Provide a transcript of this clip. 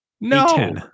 No